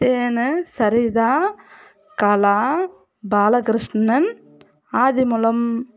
Thenu Saritha Kala Balakrishnan Adhimoolam